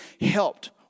helped